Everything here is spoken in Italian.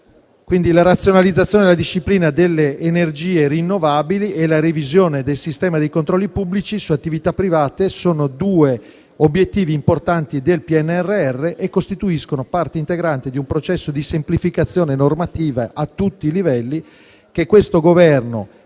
La razionalizzazione della disciplina delle energie rinnovabili e la revisione del sistema di controlli pubblici su attività private sono due obiettivi importanti del PNRR e costituiscono parte integrante di un processo di semplificazione normativa a tutti i livelli, che questo Governo